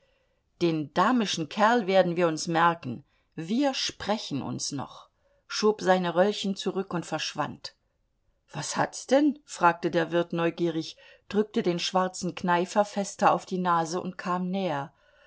den damischen kerl werden wir uns merken wir sprechen uns noch schob seine röllchen zurück und verschwand was hat's denn fragte der wirt neugierig drückte den schwarzen kneifer fester auf die nase und kam näher